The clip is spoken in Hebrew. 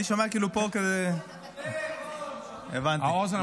אני שומע כאילו פה, דבר, רון, שומעים מעולה.